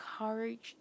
encouraged